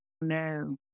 No